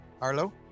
Arlo